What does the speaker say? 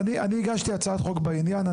אני הגשתי הצעת חוק בעניין.